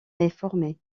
réformé